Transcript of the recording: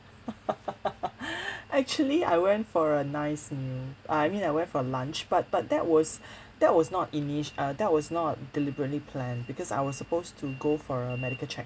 actually I went for a nice meal uh I mean I went for lunch but but that was that was not initi~ uh that was not deliberately planned because I was supposed to go for a medical check